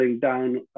down